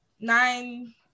nine